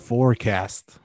Forecast